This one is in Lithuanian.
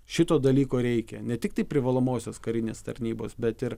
šito dalyko reikia ne tiktai privalomosios karinės tarnybos bet ir